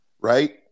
right